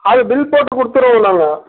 அது பில் போட்டு கொடுத்துடுவோம் நாங்கள்